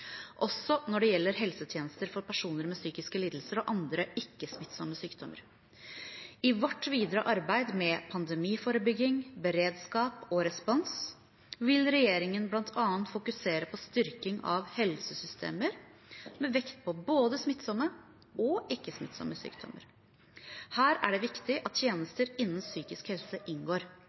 også når det gjelder helsetjenester for personer med psykiske lidelser og andre ikke-smittsomme sykdommer. I vårt videre arbeid med pandemiforebygging, -beredskap og -respons vil regjeringen bl.a. fokusere på styrking av helsesystemer med vekt på både smittsomme og ikke-smittsomme sykdommer. Her er det viktig at tjenester innen psykisk helse inngår.